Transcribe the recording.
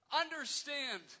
understand